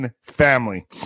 family